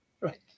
Right